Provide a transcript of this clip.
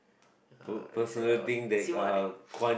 uh say that word